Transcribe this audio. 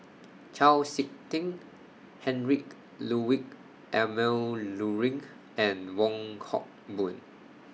Chau Sik Ting Heinrich Ludwig Emil Luering and Wong Hock Boon